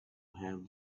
have